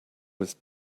was